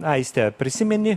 aiste prisimeni